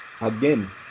again